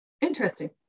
interesting